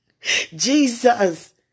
Jesus